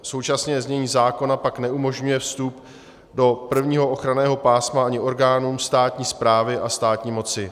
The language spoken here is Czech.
Současně znění zákona pak neumožňuje vstup do prvního ochranného pásma ani orgánům státní správy a státní moci.